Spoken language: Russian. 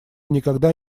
никогда